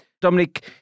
Dominic